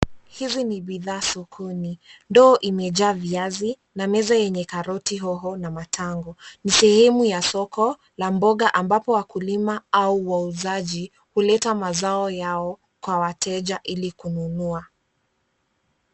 Hizi ni bidhaa sokoni. Ndoo imejaa viazi, na meza yenye karoti, hoho na matango. Ni sehemu ya soko, la mboga ambapo wakulima au wauzaji huleta mazao yao kwa wateja ili kununua.